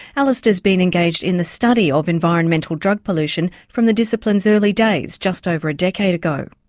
alistair has been engaged in the study of environmental drug pollution from the discipline's early days just over a decade ago.